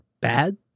bad